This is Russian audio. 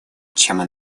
чем